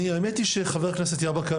האמת היא שחבר הכנסת יברקן,